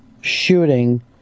shooting